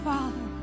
Father